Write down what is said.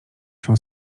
się